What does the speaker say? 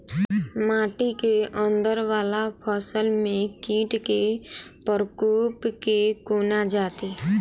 माटि केँ अंदर वला फसल मे कीट केँ प्रकोप केँ कोना जानि?